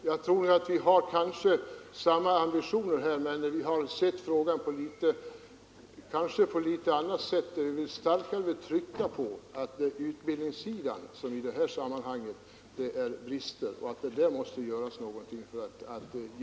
Jag tror att vi i detta fall har samma ambitioner, men vi har kanske sett frågan på litet olika sätt. Motionärerna har velat peka på att det är på utbildningssidan som det finns brister och att det där måste göras någonting.